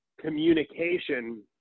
communication